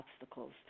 obstacles